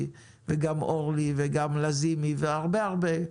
וגם אורלי לוי אבקסיס וגם נעמה לזימי והרבה הרבה,